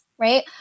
right